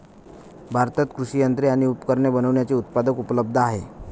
भारतात कृषि यंत्रे आणि उपकरणे बनविण्याचे उत्पादक उपलब्ध आहे